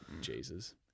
Jesus